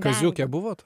kaziuke buvot